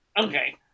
Okay